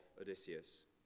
Odysseus